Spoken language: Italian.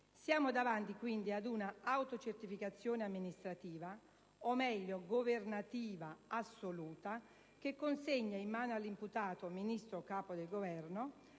Siamo davanti, quindi, ad una autocertificazione amministrativa - o meglio, governativa - assoluta, che consegna in mano all'imputato, Ministro o Capo del Governo,